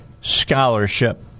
scholarship